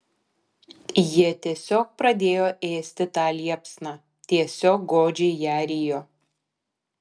jie tiesiog pradėjo ėsti tą liepsną tiesiog godžiai ją rijo